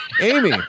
Amy